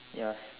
yes